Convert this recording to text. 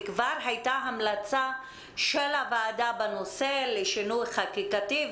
וכבר הייתה המלצה של הוועדה בנושא לשינוי חקיקתי,